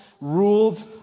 ruled